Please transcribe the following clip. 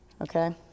Okay